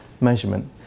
measurement